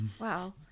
Wow